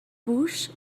bush